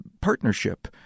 partnership